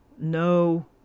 no